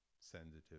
sensitive